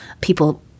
people